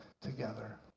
together